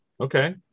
Okay